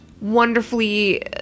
wonderfully